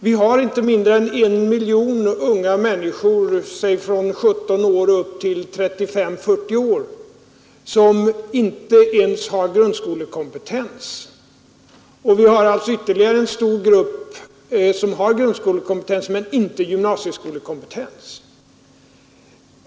Vi har inte mindre än en miljon människor i åldern från låt mig säga 17 år upp till 35—40 år, som inte ens har grundskolekompetens. Vi har ytterligare en stor grupp som har grundskolekompetens men inte gymnasiekompetens.